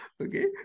Okay